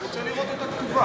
אני רוצה לראות אותה כתובה.